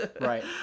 Right